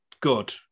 good